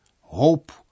hope